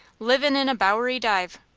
livin' in a bowery dive.